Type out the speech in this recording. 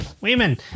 Women